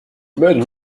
möödunud